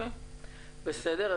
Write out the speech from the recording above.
בסדר.